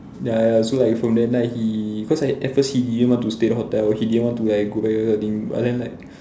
ya ya so like from that night he cause at at first he didn't want to stay the hotel he didn't want to like go back that kind of thing but then like